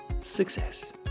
Success